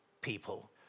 people